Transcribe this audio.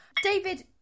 David